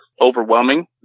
overwhelming